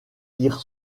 tire